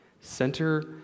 Center